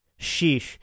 Sheesh